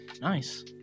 Nice